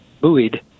buoyed